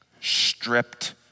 stripped